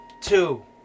two